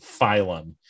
phylum